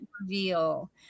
reveal